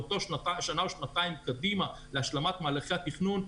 לאותן שנה או שנתיים קדימה להשלמת מהלכי התכנון.